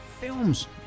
films